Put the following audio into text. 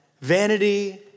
vanity